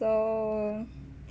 so